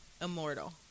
immortal